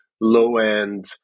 low-end